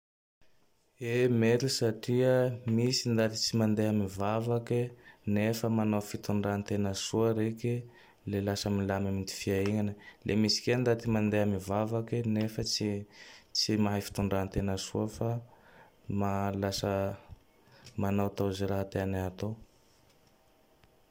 E! Mety satria misy ndaty tsy mandeha mivavake nefa manao fitondran-tegna soa reke. Le lasa milmay am ty fiaignane. Le misy ke ndaty mandeha mivavake nefa tsy tsy mahay fitondra-tegna soa fa lasa manao tao ze raha tiany hatao.